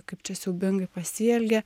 kaip čia siaubingai pasielgė